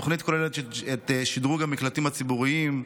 התוכנית כוללת את שדרוג המקלטים הציבוריים,